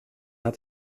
are